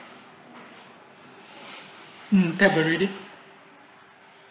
mm tap already